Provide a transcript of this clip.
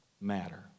matter